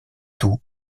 tout